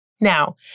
Now